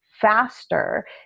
faster